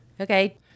Okay